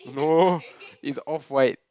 no it's off-white